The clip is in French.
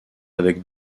avec